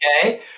Okay